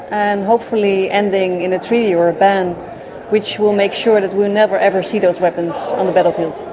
and hopefully ending in a three-year ah ban which will make sure that we never, ever see those weapons on the battlefield.